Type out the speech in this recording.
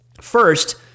First